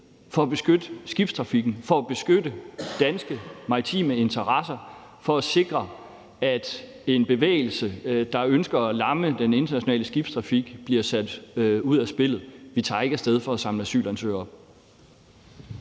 for at beskytte skibstrafikken, for at beskytte danske maritime interesser og for at sikre, at en bevægelse, der ønsker at lamme den internationale skibstrafik, bliver sat ud af spillet. Vi tager ikke af sted for at samle asylansøgere op.